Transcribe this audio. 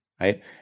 right